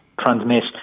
transmit